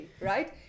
right